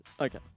Okay